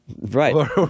Right